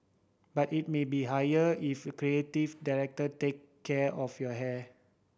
but it may be higher if the creative director take care of your hair